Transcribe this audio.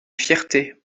fierté